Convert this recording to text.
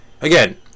Again